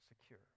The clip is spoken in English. secure